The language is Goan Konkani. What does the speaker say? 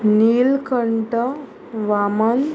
नीलकंट वामन